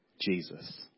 Jesus